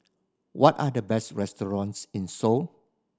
what are the best restaurants in Seoul